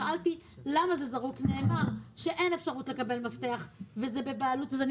כששאלתי למה זה זרוק נאמר שאין אפשרות לקבל מפתח וזה בבעלות של הדואר.